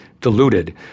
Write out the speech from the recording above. diluted